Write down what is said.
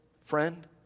friend